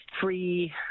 free